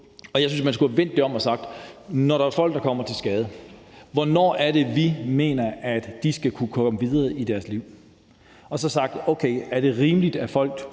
uge. Jeg synes, at man skulle have vendt det om og spurgt: Når der er folk, der kommer til skade, hvornår mener vi at de skal kunne komme videre i deres liv? Og så skulle man have spurgt: Er det rimeligt, at der